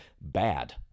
bad